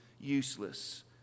useless